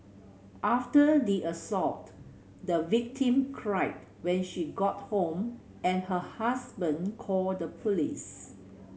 after the assault the victim cried when she got home and her husband called the police